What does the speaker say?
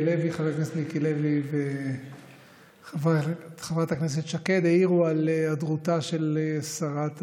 חבר הכנסת מיקי לוי וחברת הכנסת שקד העירו על היעדרותה של שרת התיירות.